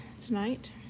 tonight